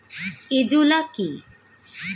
Azolla কি?